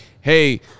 hey